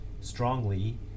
strongly